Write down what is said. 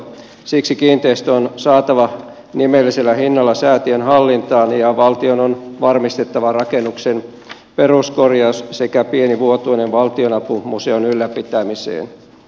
siksi kiinteistö on saatava nimellisellä hinnalla säätiön hallintaan ja valtion on varmistettava rakennuksen peruskorjaus sekä pieni vuotuinen valtionapu museon ylläpitämiseen